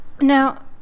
Now